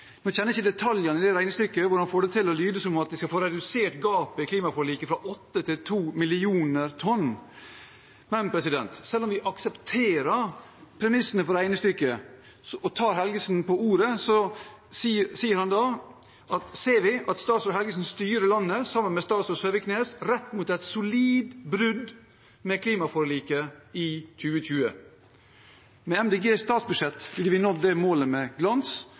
Jeg kjenner ikke detaljene i det regnestykket og hvordan han får det til å lyde som at vi skal få redusert gapet i klimaforliket fra 8 til 2 millioner tonn. Men selv om vi aksepterer premissene for regnestykket og tar Helgesen på ordet, ser vi at statsråd Helgesen sammen med statsråd Søviknes styrer landet rett mot et solid brudd med klimaforliket, i 2020. Med Miljøpartiet De Grønnes statsbudsjett ville vi ha nådd det målet med glans.